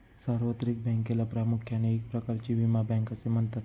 सार्वत्रिक बँकेला प्रामुख्याने एक प्रकारची विमा बँक असे म्हणतात